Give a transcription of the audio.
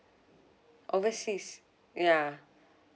overseas ya